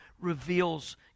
reveals